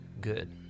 good